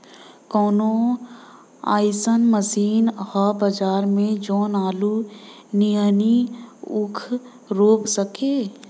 कवनो अइसन मशीन ह बजार में जवन आलू नियनही ऊख रोप सके?